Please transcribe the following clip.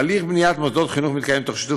הליך בניית מוסדות חינוך מתקיים בשיתוף